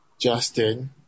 Justin